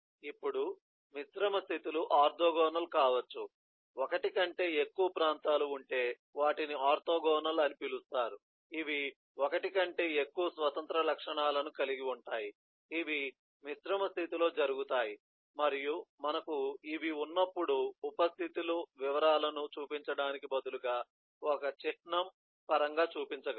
ఇప్పుడు మిశ్రమ స్థితి లు ఆర్తోగోనల్ కావచ్చు ఒకటి కంటే ఎక్కువ ప్రాంతాలు ఉంటే వాటిని ఆర్తోగోనల్ అని పిలుస్తారు ఇవి ఒకటి కంటే ఎక్కువ స్వతంత్ర లక్షణాలను కలిగి ఉంటాయి ఇవి మిశ్రమ స్థితిలో జరుగుతాయి మరియు మనకు ఇవి ఉన్నపుడు ఉప స్థితి ల వివరాలను చూపించడానికి బదులుగా ఒక చిహ్నం పరంగా చూపించగలము